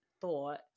thought